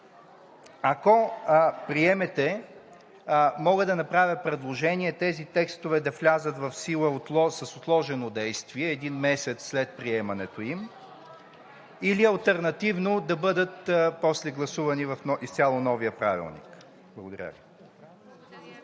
Ако приемете, мога да направя предложение тези текстове да влязат в сила с отложено действие един месец след приемането им, или алтернативно да бъдат гласувани после в изцяло новия правилник. Благодаря Ви. ПРЕДСЕДАТЕЛ